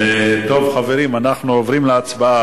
חברים, אנחנו עוברים להצבעה.